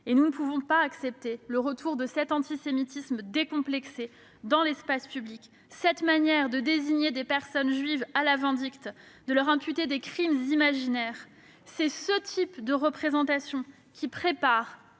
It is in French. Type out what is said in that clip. Nous ne pouvons pas accepter le retour de cet antisémitisme décomplexé dans l'espace public, cette manière de désigner les juifs à la vindicte et de leur imputer des crimes imaginaires. C'est ce type de représentations qui prépare